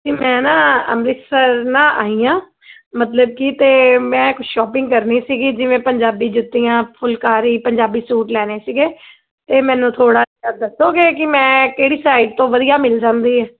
ਜੀ ਮੈਂ ਨਾ ਅੰਮ੍ਰਿਤਸਰ ਨਾ ਆਈ ਆਂ ਮਤਲਬ ਕਿ ਅਤੇ ਮੈਂ ਕੁਛ ਸ਼ੋਪਿੰਗ ਕਰਨੀ ਸੀਗੀ ਜਿਵੇਂ ਪੰਜਾਬੀ ਜੁੱਤੀਆਂ ਫੁਲਕਾਰੀ ਪੰਜਾਬੀ ਸੂਟ ਲੈਣੇ ਸੀਗੇ ਅਤੇ ਮੈਨੂੰ ਥੋੜ੍ਹਾ ਜਿਹਾ ਦੱਸੋਗੇ ਕਿ ਮੈਂ ਕਿਹੜੀ ਸਾਈਡ ਤੋਂ ਵਧੀਆ ਮਿਲ ਜਾਂਦੀ ਹੈ